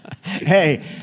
Hey